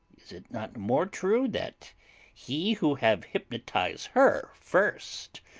is it not more true that he who have hypnotise her first,